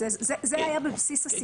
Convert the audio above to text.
זה היה בבסיס הסיכום.